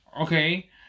Okay